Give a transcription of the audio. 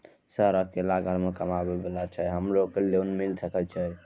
Sir अगर घर में अकेला कमबे वाला छे हमरो के लोन मिल सके छे?